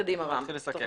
קדימה, רם.